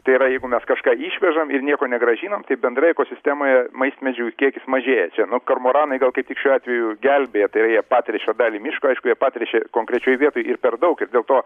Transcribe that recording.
tai yra jeigu mes kažką išvežam ir nieko negrąžinam tai bendrai ekosistemai maismedžių kiekis mažėja čia nu kormoranai gal kaip tik šiuo atveju gelbėja tai yra jie patręšia dalį miško aišku jie patręšia konkrečioj vietoje ir per daug ir dėl to